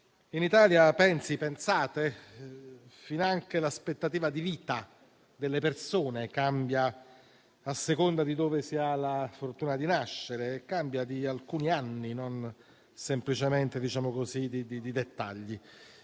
In Italia finanche l'aspettativa di vita delle persone cambia a seconda di dove si ha la fortuna di nascere; e cambia di alcuni anni, non semplicemente di dettagli.